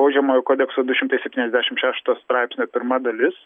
baudžiamojo kodekso du šimtai septyniasdešimt šešto straipsnio pirma dalis